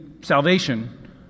salvation